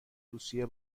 روسیه